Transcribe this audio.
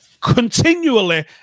continually